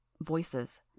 Voices